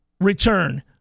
return